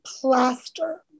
plaster